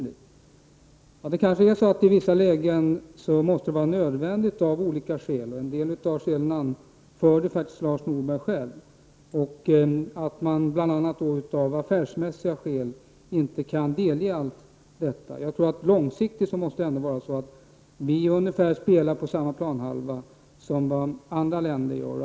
I vissa lägen är det kanske nödvändigt av olika skäl — en del av skälen anförde faktiskt Lars Norberg själv, bl.a. affärsmässiga skäl — för att inte allt detta delges. Jag tror att vi långsiktigt måste spela på samma planhalva som andra länder.